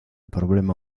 problema